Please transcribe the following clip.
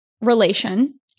relation